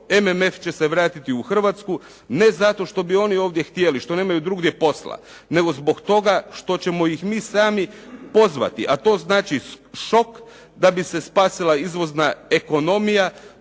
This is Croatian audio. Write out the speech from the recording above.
MMF će se vratiti u Hrvatsku, ne zato što bi oni ovdje htjeli, što nemaju drugdje posla, nego zbog toga što ćemo ih mi sami pozvati, a to znači šok da bi se spasila izvozna ekonomija,